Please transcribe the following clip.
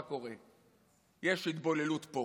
מה קורה: יש התבוללות פה